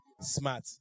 smart